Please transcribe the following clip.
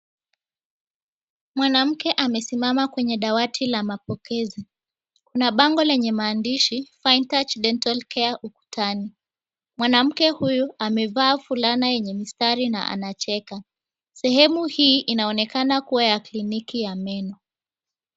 Mwanamke amesimama kwenye dawati la mapokezi. Kuna bango lenye maandishi, "Fine Touch Dental Care," ukutani. Mwanamke huyu amevaa fulana yenye mistari na anacheka. Sehemu hii inaonekana kuwa ya kliniki ya meno.